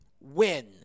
win